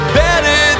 better